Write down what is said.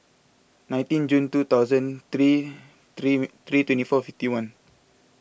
nineteen June two thousand three three twenty four fifty one